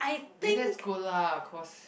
then that's good lah cause